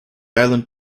island